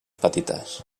petites